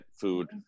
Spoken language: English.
food